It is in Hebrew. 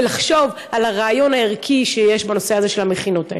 ולחשוב על הרעיון הערכי בנושא הזה של המכינות האלה.